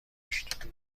گشت